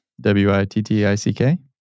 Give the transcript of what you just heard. W-I-T-T-I-C-K